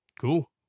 Cool